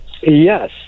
yes